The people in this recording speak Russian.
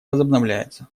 возобновляется